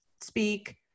speak